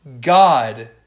God